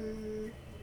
mm